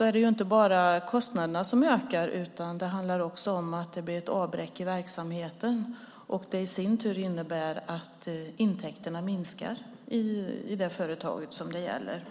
är det inte bara kostnaderna som ökar, utan det blir också ett avbräck i verksamheten. Det innebär i sin tur att intäkterna minskar i det företag som det gäller.